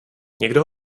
někdo